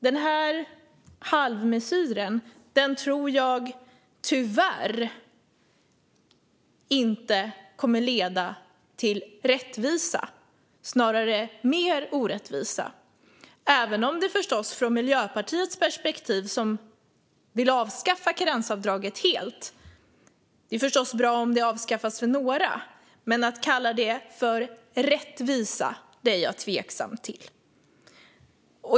Den här halvmesyren tror jag tyvärr inte kommer att leda till rättvisa utan snarare till mer orättvisa, även om det förstås från Miljöpartiets perspektiv - vi vill avskaffa karensavdraget helt - kan tyckas bra att det avskaffas för några. Men att kalla det rättvisa är jag tveksam till.